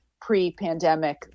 pre-pandemic